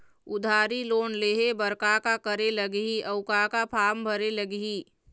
उधारी लोन लेहे बर का का करे लगही अऊ का का फार्म भरे लगही?